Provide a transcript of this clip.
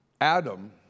Adam